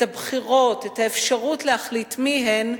את הבחירות, את האפשרות להחליט מי הן,